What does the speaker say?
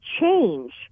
change